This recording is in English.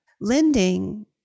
lending